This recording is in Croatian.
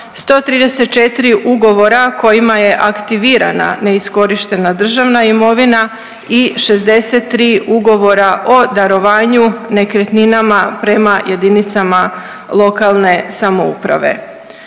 134 ugovora kojima je aktivirana neiskorištena državna imovina i 63 ugovora o darovanju nekretninama prema JLS. U 2021.g. sklopljeno